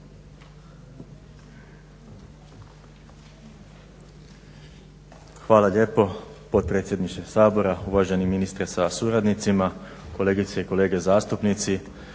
Hvala lijepo potpredsjedniče Sabora, uvaženi ministre sa suradnicima, kolegice i kolege zastupnici.